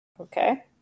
Okay